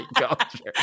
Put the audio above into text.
culture